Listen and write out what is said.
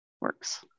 works